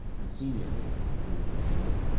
and senior to mexico,